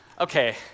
okay